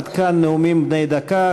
עד כאן נאומים בני דקה.